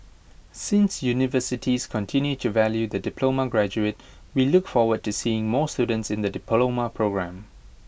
since universities continue to value the diploma graduate we look forward to seeing more students in the diploma programme